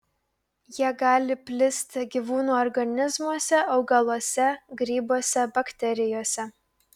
jie gali plisti gyvūnų organizmuose augaluose grybuose bakterijose